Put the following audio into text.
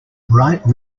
bright